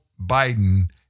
Biden